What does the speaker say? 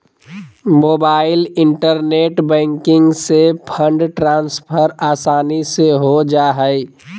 mobile internet banking से fund transfer आसानी से हो जा हइ